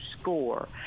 score